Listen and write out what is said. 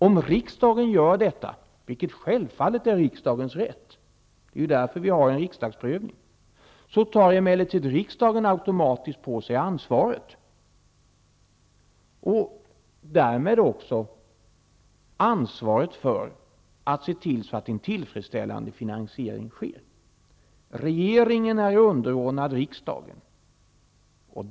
Om riksdagen inte följer propositionen -- vilket självfallet är riksdagens rätt, det är därför det finns en riksdagsprövning -- tar emellertid riksdagen automatiskt på sig ansvaret för att se till att det sker en tillfredsställande finansiering. Regeringen är underordnad riksdagen.